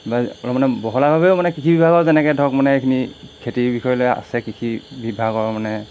বা অলপ মানে বহলভাৱেও মানে কৃষি বিভাগৰ যেনেকৈ ধৰক মানে এইখিনি খেতিৰ বিষয় লৈ আছে কৃষি বিভাগৰ মানে